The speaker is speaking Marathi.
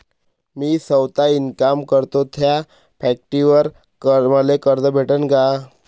मी सौता इनकाम करतो थ्या फॅक्टरीवर मले कर्ज भेटन का?